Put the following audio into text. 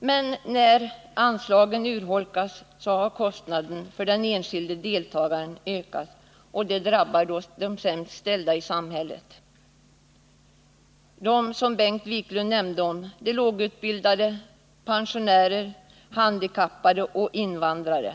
Men när anslagen urholkas ökas kostnaden för den enskilde deltagaren, och det drabbar de sämst ställda i samhället, de som Bengt Wiklund nämnde: de lågutbildade, pensionärer, handikappade och invandrare.